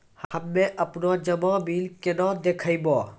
हम्मे आपनौ जमा बिल केना देखबैओ?